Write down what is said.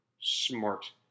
smart